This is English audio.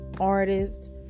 artist